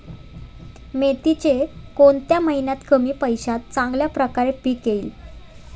मेथीचे कोणत्या महिन्यात कमी पैशात चांगल्या प्रकारे पीक येईल?